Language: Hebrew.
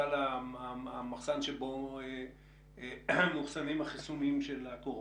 המחסן שבו מאוחסנים חיסוני הקורונה.